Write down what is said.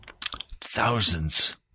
Thousands